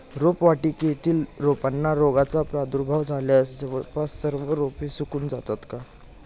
रोपवाटिकेतील रोपांना रोगाचा प्रादुर्भाव झाल्यास जवळपास सर्व रोपे सुकून जातात का?